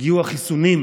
הגיעו החיסונים,